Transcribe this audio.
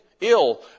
ill